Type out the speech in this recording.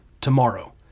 tomorrow